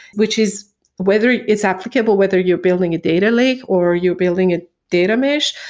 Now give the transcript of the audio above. which is whether it's applicable. whether you're building a data lake or you're building a data mesh,